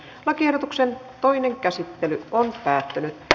lakiehdotuksen toinen käsittely päättyi